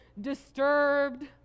disturbed